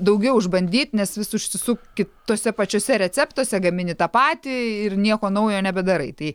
daugiau išbandyt nes vis užsisuki tuose pačiuose receptuose gamini tą patį ir nieko naujo nebedarai tai